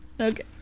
Okay